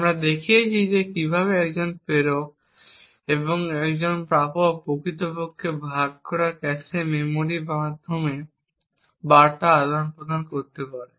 আমরা দেখিয়েছি যে কীভাবে একজন প্রেরক এবং একজন প্রাপক প্রকৃতপক্ষে ভাগ করা ক্যাশে মেমরির মাধ্যমে বার্তা আদান প্রদান করতে পারে